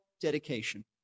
dedication